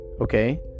okay